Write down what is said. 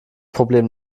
problem